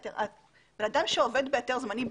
אדם שעובד בהיתר זמני,